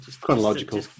Chronological